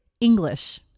English